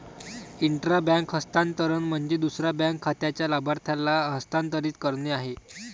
intra bank हस्तांतरण म्हणजे दुसऱ्या बँक खात्याच्या लाभार्थ्याला हस्तांतरित करणे आहे